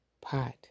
Pot